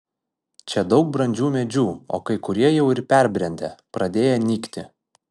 čia daug brandžių medžių o kai kurie jau ir perbrendę pradėję nykti